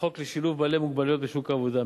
החוק לשילוב בעלי מוגבלויות בשוק העבודה,